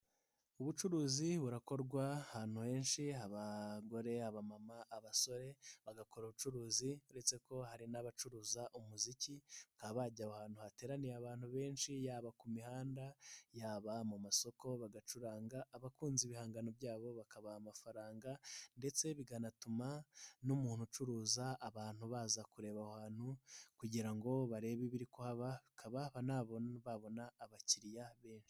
Ubucuruzi burakorwa ahantu henshi abagore, abamama, abasore, bagakora ubucuruzi, uretse ko hari n'abacuruza umuziki bakaba bajya ahantu hateraniye abantu benshi yaba ku mihanda, yaba mu masoko, bagacuranga, abakunze ibihangano byabo bakabaha amafaranga ndetse bikanatuma n'umuntu ucuruza abantu baza kureba ahantu kugira ngo barebe ibiri kkuhaba, bakaba banabona abakiriya benshi.